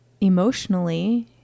emotionally